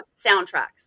soundtracks